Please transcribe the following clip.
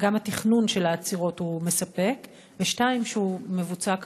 התכנון של העצירות הוא מספק, 2. שהוא מבוצע כראוי.